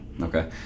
Okay